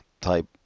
type